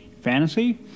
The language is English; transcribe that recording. fantasy